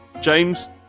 James